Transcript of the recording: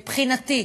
מבחינתי,